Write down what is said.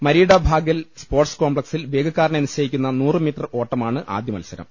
മരീഡ ഭാഗൽ സ്പോർട്സ് കോംപ്ല ക്സിൽ വേഗക്കാരനെ നിശ്ചയിക്കുന്ന നൂറു മീറ്റർ ഓട്ടമാണ് ആദ്യമത്സരം